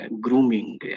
grooming